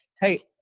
hey